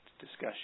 discussion